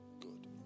Good